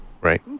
Right